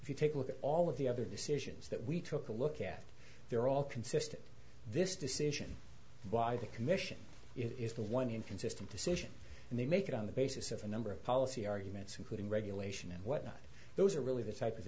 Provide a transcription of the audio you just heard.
if you take a look at all of the other decisions that we took a look at they're all consistent this decision by the commission is the one consistent decision and they make it on the basis of a number of policy arguments including regulation and whatnot those are really the type of